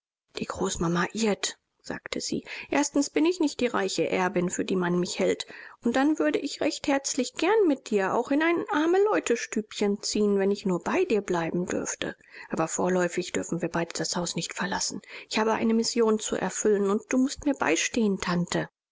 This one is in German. die großmama irrt sagte sie erstens bin ich nicht die reiche erbin für die man mich hält und dann würde ich recht herzlich gern mit dir auch in ein armeleutestübchen ziehen wenn ich nur bei dir bleiben dürfte aber vorläufig dürfen wir beide das haus nicht verlassen ich habe eine mission zu erfüllen und du mußt mir beistehen tante